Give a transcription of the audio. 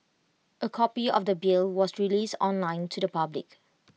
A copy of the bill was released online to the public